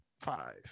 Five